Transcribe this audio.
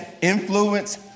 influence